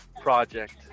project